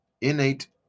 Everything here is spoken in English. innate